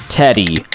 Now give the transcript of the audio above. Teddy